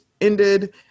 ended